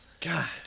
God